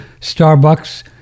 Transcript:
Starbucks